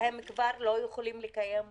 והם כבר לא יכולים לקיים אותן.